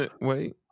wait